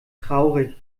traurig